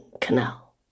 canal